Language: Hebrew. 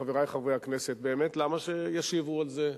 חברי חברי הכנסת, באמת למה שישיבו על זה?